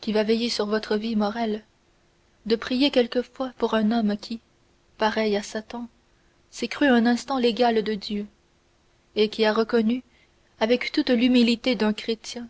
qui va veiller sur votre vie morrel de prier quelquefois pour un homme qui pareil à satan s'est cru un instant l'égal de dieu et qui a reconnu avec toute l'humilité d'un chrétien